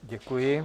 Děkuji.